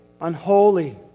Unholy